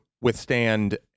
withstand